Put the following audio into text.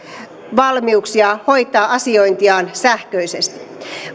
valmiuksia hoitaa asiointiaan sähköisesti